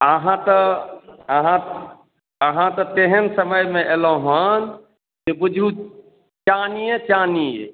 अहाँ तऽ अहाँ अहाँ तऽ तेहन समयमे एलहुँ हन जे बुझु चानिये चानि अइ